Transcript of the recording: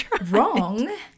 Wrong